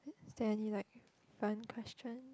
is there any like fun question